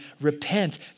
Repent